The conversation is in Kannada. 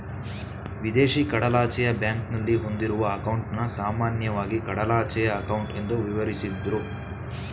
ವಿದೇಶಿ ಕಡಲಾಚೆಯ ಬ್ಯಾಂಕ್ನಲ್ಲಿ ಹೊಂದಿರುವ ಅಂಕೌಟನ್ನ ಸಾಮಾನ್ಯವಾಗಿ ಕಡಲಾಚೆಯ ಅಂಕೌಟ್ ಎಂದು ವಿವರಿಸುದ್ರು